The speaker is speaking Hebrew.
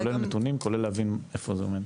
כולל נתונים וכולל להבין איפה זה עומד.